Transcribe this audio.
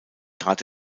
trat